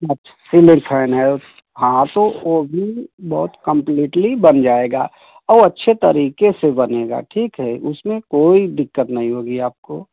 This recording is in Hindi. अच्छा सिएलिंग फैन है हाँ तो वह भी बहुत कम्प्लीटली बन जाएगा और अच्छे तरीक़े से बनेगा ठीक है उसमे कोई दिक़्क़त नहीं होगी आपको ठीक